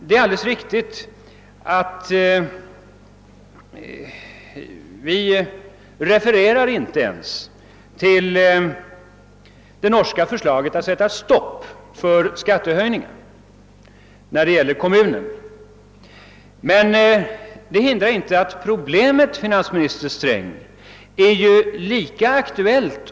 Det är alldeles riktigt att vi inte refererar till det norska förslaget att sätta stopp för skattehöjningar när det gäller kommuner. Men det hindrar inte att problemet, finansminister Sträng, är lika aktuellt.